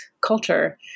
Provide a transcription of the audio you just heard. culture